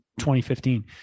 2015